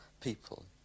people